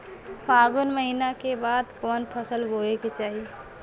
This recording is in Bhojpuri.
फागुन महीना के बाद कवन फसल बोए के चाही?